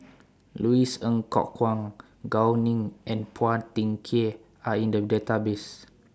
Louis Ng Kok Kwang Gao Ning and Phua Thin Kiay Are in The Database